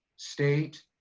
state,